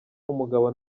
umugabo